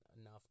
enough